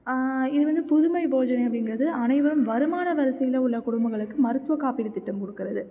இது வந்து புதுமை போஜனம் அப்டிங்கிறது அனைவரும் வருமான வரிசையில் உள்ள குடும்பங்களுக்கு மருத்துவக் காப்பீடு திட்டம் கொடுக்குறது